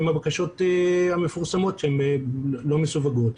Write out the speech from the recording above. הן הבקשות המפורסמות שהן לא מסווגות.